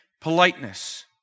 politeness